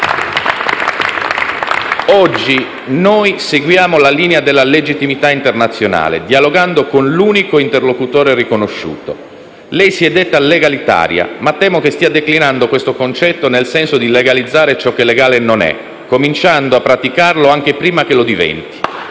Oggi noi seguiamo la linea della legittimità internazionale dialogando con l'unico interlocutore riconosciuto. Lei, senatrice Bonino, si è detta legalitaria, ma temo che stia declinando questo concetto nel senso di legalizzare ciò che legale non è, cominciando a praticarlo anche prima che lo diventi.